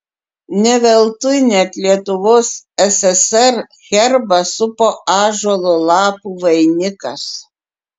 ne veltui net lietuvos ssr herbą supo ąžuolo lapų vainikas